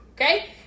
Okay